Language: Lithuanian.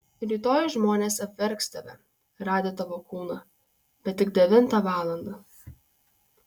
rytoj žmonės apverks tave radę tavo kūną bet tik devintą valandą